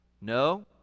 No